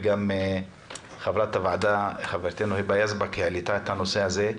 וגם חברת הוועדה היבה יזבק העלתה את הנושא הזה,